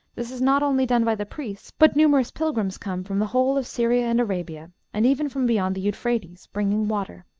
this is not only done by the priests, but numerous pilgrims come from the whole of syria and arabia, and even from beyond the euphrates, bringing water.